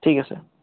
ঠিক আছে